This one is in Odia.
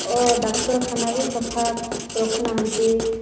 ଓ ଡାକ୍ତରଖାନା ବି ସଫା ରଖୁନାହାନ୍ତି